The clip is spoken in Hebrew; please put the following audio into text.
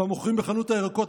במוכרים בחנות הירקות,